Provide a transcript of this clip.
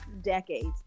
decades